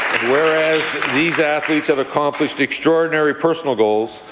whereas these athletes have accomplished extraordinary personal goals,